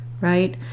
right